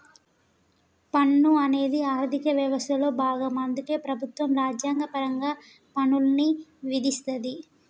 పన్ను అనేది ఆర్థిక వ్యవస్థలో భాగం అందుకే ప్రభుత్వం రాజ్యాంగపరంగా పన్నుల్ని విధిస్తది